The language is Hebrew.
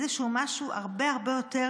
איזה משהו הרבה הרבה יותר